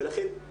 ולכן,